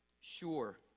sure